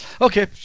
Okay